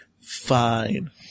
fine